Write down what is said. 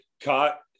caught